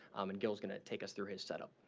um and gil's going to take us through his setup.